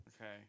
Okay